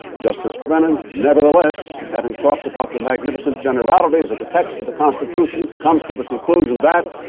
justice brennan nevertheless, having talked about the magnificent generalities of the text of the constitution, comes to the conclusion that